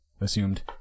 assumed